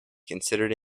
considered